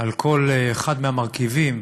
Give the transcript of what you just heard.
על כל אחד מהמרכיבים,